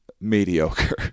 mediocre